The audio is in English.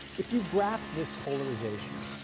if you graph this polarization,